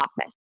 office